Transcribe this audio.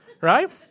right